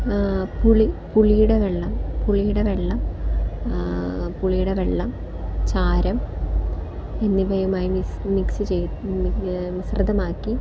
പുളി പുളിയുടെ വെള്ളം പുളിയുടെ വെള്ളം പുളിയുടെ വെള്ളം ചാരം എന്നിവയുമായി മിക്സ് മിശ്രിതമാക്കി